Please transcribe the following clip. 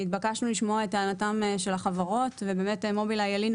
התבקשנו לשמוע את טענתן של החברות ובאמת מובילאיי הלינה